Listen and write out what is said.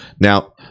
Now